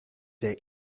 there